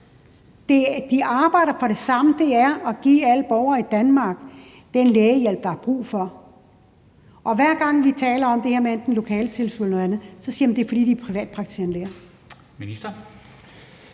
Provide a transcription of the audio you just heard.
De arbejder for det samme, nemlig at give alle borgere i Danmark den lægehjælp, de har brug for. Hver gang vi taler om det her med enten lokaletilskud eller noget andet, siger man, at det er, fordi de er privatpraktiserende læger.